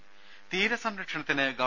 രദേ തീരസംരക്ഷണത്തിന് ഗവ